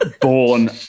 born